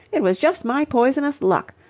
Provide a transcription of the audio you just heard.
it was just my poisonous luck.